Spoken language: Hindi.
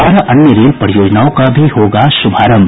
बारह अन्य रेल परियोजनाओं का भी होगा शुभारंभ